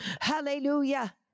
Hallelujah